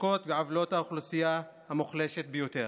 למצוקות ולעוולות האוכלוסייה המוחלשת ביותר,